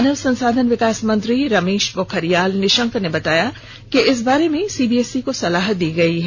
मानव संसाधन विकास मंत्री रमेश पोखरियाल निशंक ने बताया कि इस बारे में सीबीएसई को सलाह दे दी गई है